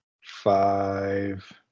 five